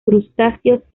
crustáceos